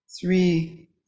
Three